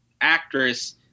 actress